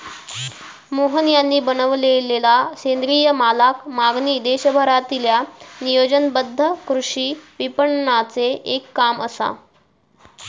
मोहन यांनी बनवलेलला सेंद्रिय मालाक मागणी देशभरातील्या नियोजनबद्ध कृषी विपणनाचे एक काम असा